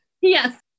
Yes